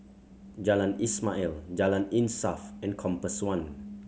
Jalan Ismail Jalan Insaf and Compass One